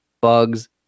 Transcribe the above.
bugs